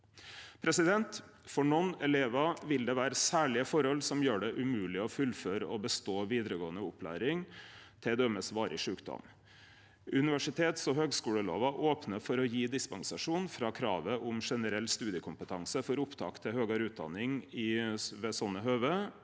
moglegheit. For nokre elevar vil det vere særlege forhold som gjer det umogleg å fullføre og bestå vidaregåande opplæring, t.d. varig sjukdom. Universitets- og høgskulelova opnar for å gje dispensasjon frå kravet om generell studiekompetanse for opptak til høgare utdanning ved slike høve,